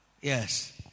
Yes